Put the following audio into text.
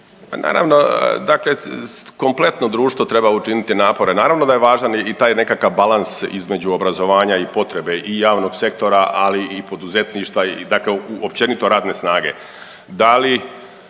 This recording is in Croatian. naravno, dakle kompletno društvo treba učiniti napore. Naravno da je važan i taj nekakav balans između obrazovanja i potrebe i javnog sektora, ali i poduzetništva, dakle općenito radne snage.